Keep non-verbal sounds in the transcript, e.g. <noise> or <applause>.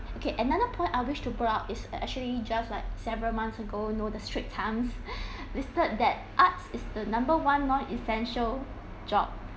<breath> okay another point I wish to bring up is uh actually just like several months ago you know the straits times <laughs> listed that artist the number one non essential job